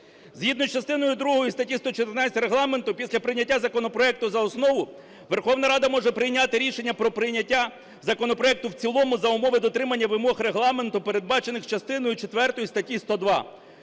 Згідно з частиною другою статті 114 Регламенту після прийняття законопроекту за основу Верховна Рада може прийняти рішення про прийняття законопроекту в цілому за умови дотримання вимог Регламенту, передбачених частиною четвертою статті 102.